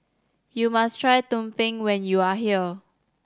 you must try tumpeng when you are here